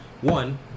one